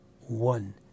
one